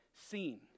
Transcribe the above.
Seen